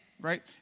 right